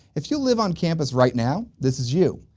if you live on campus right now, this is you!